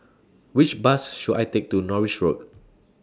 Which Bus should I Take to Norris Road